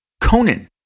Conan